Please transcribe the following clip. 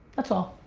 that's all,